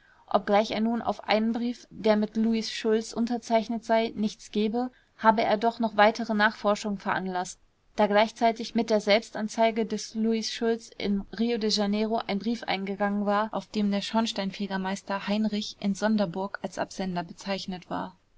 obgleich er nun auf einen brief der mit louis schulz unterzeichnet sei nichts gebe habe er doch noch weitere nachforschungen veranlaßt da gleichzeitig mit der selbstanzeige des louis schulz in rio de janeiro ein brief eingegangen war auf dem der schornsteinfegermeister heinrich in sonderburg als absender bezeichnet war